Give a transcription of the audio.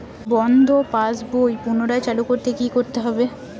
বন্ধ পাশ বই পুনরায় চালু করতে কি করতে হবে?